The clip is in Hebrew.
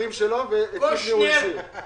משתמשת בהם ומוכרים כמדדים לגיטימיים למתן הטבות מס.